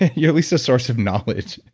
you're at least a source of knowledge.